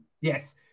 yes